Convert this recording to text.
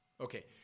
Okay